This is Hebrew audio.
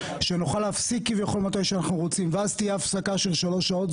שכביכול נוכל להפסיק מתי שאנחנו רוצים ותהיה הפסקה של שלוש שעות,